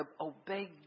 obey